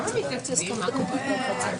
מה אכפת לי מתי פרקליט המחוז קיבל את ההחלטה?